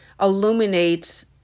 illuminates